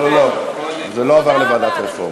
לא, זה לא עבר לוועדת רפורמות.